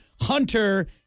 Hunter